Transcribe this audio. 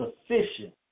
Sufficient